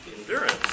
Endurance